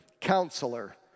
Counselor